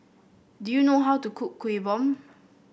do you know how to cook Kuih Bom